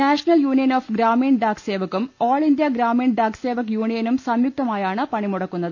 national union of Gramin Dak സേവകും all India Gramin Dak Sevak യൂണിയനും സംയുക്തമായാണ് പണിമുടക്കുന്നത്